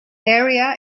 area